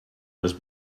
was